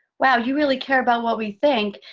wow, you really care about what we think,